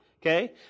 Okay